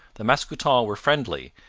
the mascoutens were friendly,